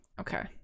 Okay